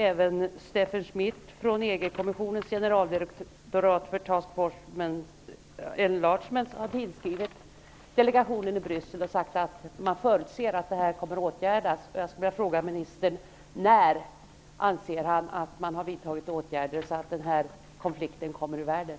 Även Steffen Smidt från EG-kommissionens generaldirektorat för Task for Enlargement har tillskrivits av den svenska delegationen i Bryssel, och man förutser att detta kommer att åtgärdas. Jag vill fråga ministern: När anser ministern att det har vidtagits åtgärder, så att denna konflikt kommer ur världen?